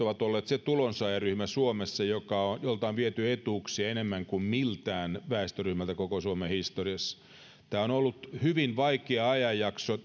ovat olleet se tulonsaajaryhmä suomessa jolta on viety etuuksia enemmän kuin miltään väestöryhmältä koko suomen historiassa tämä neljännesvuosisata on ollut hyvin vaikea ajanjakso